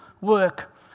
work